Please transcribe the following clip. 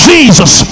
Jesus